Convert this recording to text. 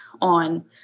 on